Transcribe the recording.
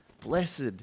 Blessed